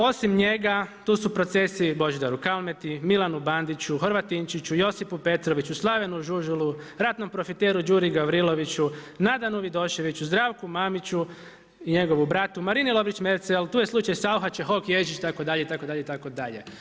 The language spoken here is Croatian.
Osim njega tu su procesi Božidaru Kalmeti, Milanu Bandiću, Horvatinčiću, Josipu Petroviću, Slavenu Žužulu, ratnom profiteru Đuri Gavriloviću, Nadanu Vidoševiću, Zdravku Mamiću i njegovu bratu, Marini Lovrić-Merzel, tu je slučaj Saucha, Čehok, Ježić itd., itd.